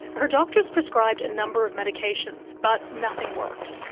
her doctors prescribed a number of medications, but nothing worked.